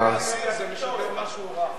סליחה,